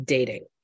Dating